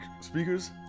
speakers